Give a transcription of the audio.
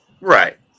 Right